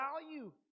value